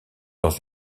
dans